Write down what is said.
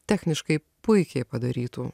techniškai puikiai padarytų